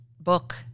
book